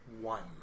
One